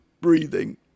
breathing